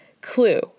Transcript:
clue